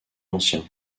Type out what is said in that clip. ancien